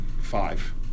five